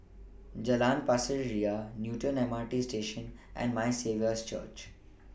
Jalan Pasir Ria Newton M R T Station and My Saviour's Church